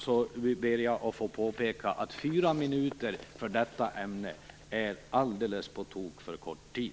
Jag ber att få påpeka att fyra minuter för detta ämne är alldeles på tok för kort tid.